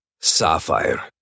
Sapphire